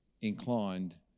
inclined